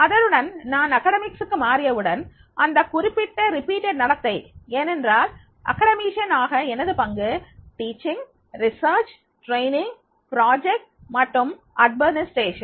அதனுடன் நான் கல்விக்கு மாறியவுடன் இந்த குறிப்பிட்ட மீண்டும் வேண்டும் செய்யும் நடத்தை ஏனென்றால் கல்வியாளராக எனது பங்கு கற்பித்தல் ஆய்வு பயிற்சியளித்தல் செயல்திட்டங்கள் மற்றும் நிர்வாகம்